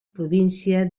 província